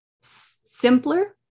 simpler